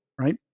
Right